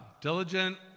Diligent